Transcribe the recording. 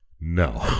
No